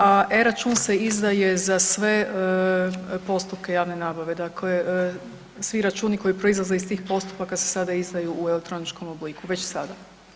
A eRačun se izdaje za sve postupke javne nabave, dakle svi računi koji proizlaze iz tih postupaka se sada izdaju u elektroničkom obliku, već sada.